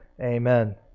Amen